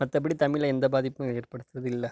மத்தபடி தமிழில் எந்த பாதிப்பும் ஏற்படுத்துறது இல்லை